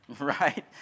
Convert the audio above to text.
right